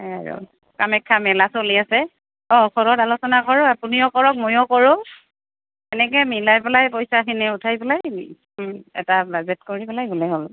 আৰু কামাখ্যা মেলা চলি আছে অঁ ঘৰত আলোচনা কৰোঁ আপুনিও কৰক ময়ো কৰোঁ এনেকৈ মিলাই পেলাই পইচাখিনি উঠাই পেলাই এটা বাজেট কৰি পেলাই গ'লে হ'ল